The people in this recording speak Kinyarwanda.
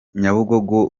nyabugogo